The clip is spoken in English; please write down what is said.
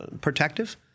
protective